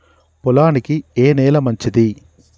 పొలానికి ఏ నేల మంచిది?